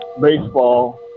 baseball